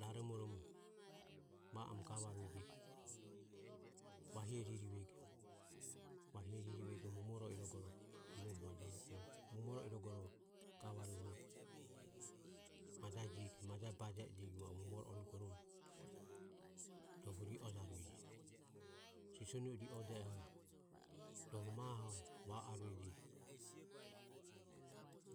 Raromoromo va am gavrueje vahie ririvego, vahie ririvego momoro irogoro e muoho vajarue momoro irogoro gavarue majae jiego majae baje ejiego momoro onugoromo rohu ri ojarueje. Sisonu e ri oje oho rohu maho va arueje